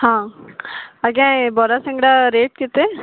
ହଁ ଆଜ୍ଞା ଏ ବରା ସିଙ୍ଗଡ଼ା ରେଟ୍ କେତେ